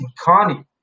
Connie